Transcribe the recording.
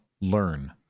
learn